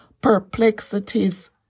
Perplexities